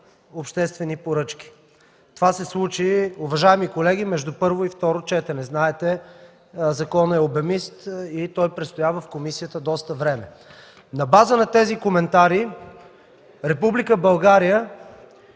„Обществени поръчки”– това се случи, уважаеми колеги, между първо и второ четене. Знаете, законът е обемист и престоя доста време в комисията. На база на тези коментари Република България